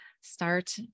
start